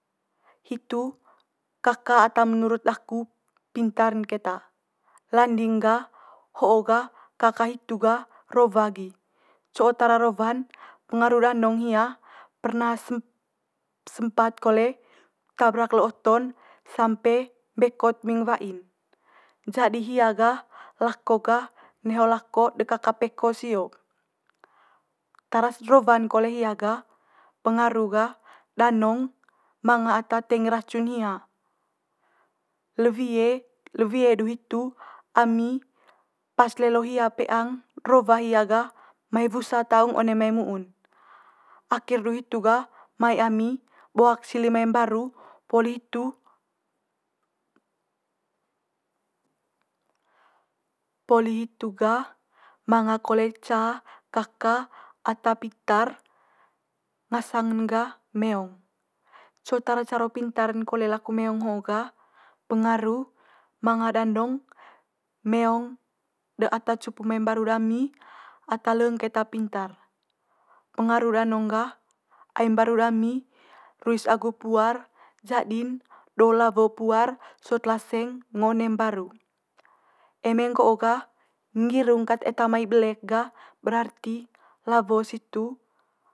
Hitu kaka ata menurut daku pintar'n keta. Landing gah ho'o gah kaka hitu gah rowa gi. Co tara rowa'n pengaru danong hia perna sem- sempat kole tabrak le oto'n sampe mbekot muing wai'n. Jadi hia gah lako gah neho lako de kaka peko sio. Tara's rowa'n kole hia gah pengaru gah danong manga ata teing racun hia. Le wie, le wie du hitu ami pas lelo hia peang rowa hia gah mai wusa taung one mai mu'un. akhir du hitu gah mai ami boak sili mai mbaru poli hitu poli hitu gah manga kole ca kaka ata pintar ngasang'n gah meong. Co tara caro pintar'n kole laku meong ho gah, pengaru manga danong meong de ata cupu mai mbaru dami ata leng keta pintar. Pengaru danong ga ai mbaru dami ruis agu puar jadi'n do lawo puar sot laseng ngo one mbaru. Eme nggo'o gah nggirung kat eta mai belek gah berarti lawo situ.